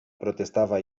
protestava